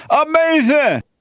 Amazing